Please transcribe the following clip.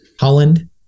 Holland